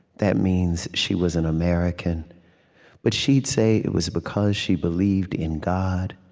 that means she was an american but she'd say it was because she believed in god.